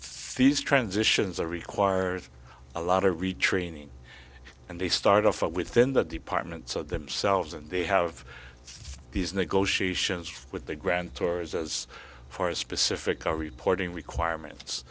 these transitions are require a lot of retraining and they start a fight within the departments of themselves and they have these negotiations with the grand tours as far as specific or reporting requirements